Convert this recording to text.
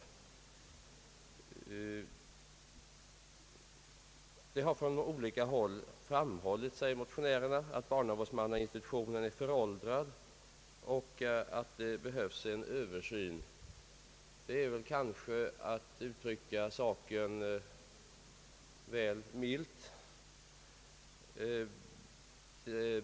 Det har från olika håll framhållits, säger motionärerna, att barnavårdsmannainstitutionen är föråldrad och att det behövs en översyn. Detta är att uttrycka saken väl milt.